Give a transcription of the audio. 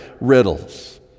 riddles